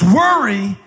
worry